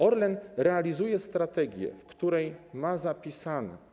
Orlen realizuje strategię, w której ma zapisane.